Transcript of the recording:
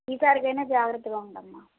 ఈ సారికి అయినా జాగ్రత్తగా ఉండమ్మా